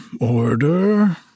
order